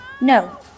No